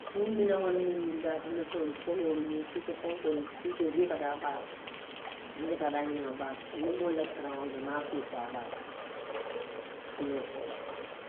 Ñiŋ minaŋo niŋ iŋ daakoyi meseŋolu, soluulu, ñiŋ suutafenkoolu suutee taa, i bee ka taa daañiniŋo la baa le to. I niŋmoolu la tereŋo baa to suuto jamaa ka i faa baa le to, ñeokoolaa.